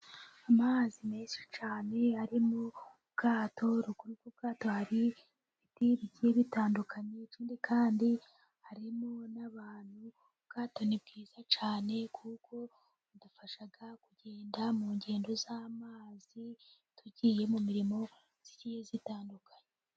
Amazi menshi cyane ari mu bwato ruguru y'ubwato hari ibiti bigiye bitandukanye ikindi kandi harimo n'abantu. Ubwato bwiza cyane kuko badufasha kugenda mu ngendo z'amazi tugiye mu mirimo igiye itandukanye.